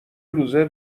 لوزر